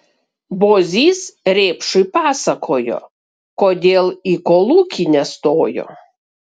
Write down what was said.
bozys rėpšui pasakojo kodėl į kolūkį nestojo